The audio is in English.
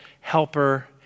helper